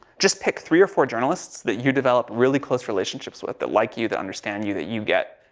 just pick three or four journalists that you develop really close relationships with, that like you, that understand you, that you get.